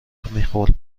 میخورد